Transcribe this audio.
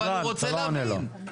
אבל הוא רוצה להבין.